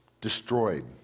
destroyed